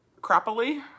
crappily